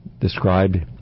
described